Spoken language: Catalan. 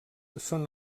són